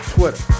Twitter